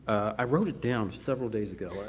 i wrote it down several days ago, ah